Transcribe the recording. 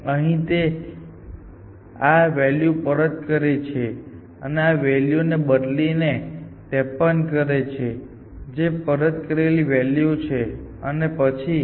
અહીં તે આ વેલ્યુ પરત કરે છે અને આ વેલ્યુ ને બદલી ને 53 કરે છે જે પરત કરેલી વૅલ્યુ છે અને પછી આ દિશામાં પ્રક્રિયા આગળ વધે છે